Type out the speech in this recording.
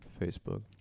Facebook